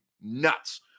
nuts